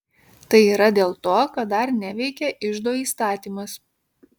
tai yra dėl to kad dar neveikia iždo įstatymas